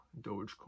Dogecoin